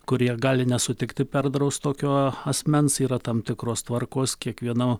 kurie gali nesutikti perdraust tokio asmens yra tam tikros tvarkos kiekviena